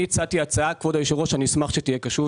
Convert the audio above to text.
אני הצעתי